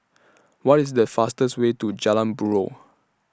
What IS The fastest Way to Jalan Buroh